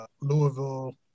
Louisville